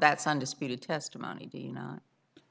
that's undisputed testimony